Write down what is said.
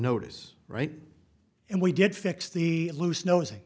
notice right and we did fix the loose nos